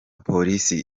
polisi